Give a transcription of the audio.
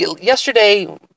yesterday